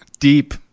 Deep